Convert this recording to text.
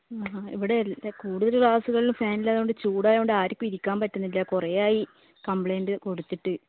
ആ ഇവിടെ എൻ്റെ കൂടുതൽ ക്ലാസ്സുകളിലും ഫാൻ ഇല്ലാത്തതുകൊണ്ട് ചൂട് ആയതുകൊണ്ട് ആർക്കും ഇരിക്കാൻ പറ്റുന്നില്ല കുറെയായി കംപ്ലയിൻ്റ് കൊടുത്തിട്ട്